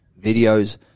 videos